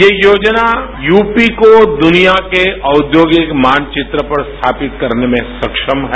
ये योजना यूपी को दुनिया के औद्योगिक मानचित्र पर स्थापित करने में सक्षम है